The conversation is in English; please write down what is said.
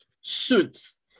suits